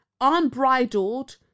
unbridled